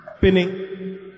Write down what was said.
pinning